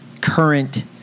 current